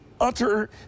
utter